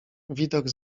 widok